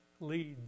leads